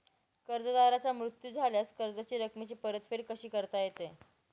कर्जदाराचा मृत्यू झाल्यास कर्जाच्या रकमेची परतफेड कशी करता येते?